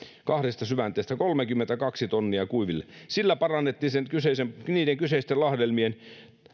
kahdesta syvänteestä kolmekymmentäkaksi tonnia kuiville sillä parannettiin niiden kyseisten lahdelmien